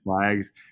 flags